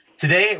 Today